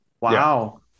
Wow